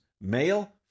male